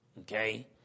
Okay